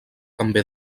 també